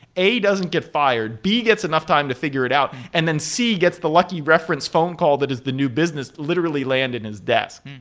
a doesn't get fired. b gets enough time to figure it out, and then c gets the lucky reference phone call that is the new business literally land in his desk.